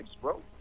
bro